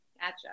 Gotcha